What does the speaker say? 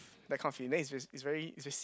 that kind of feeling then it's it's very s~